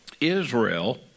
Israel